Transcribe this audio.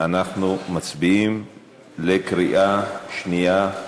אנחנו מצביעים בקריאה שנייה.